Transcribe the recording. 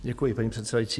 Děkuji, paní předsedající.